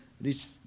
reach